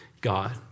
God